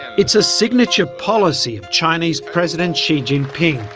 it's a signature policy of chinese president xi jinping,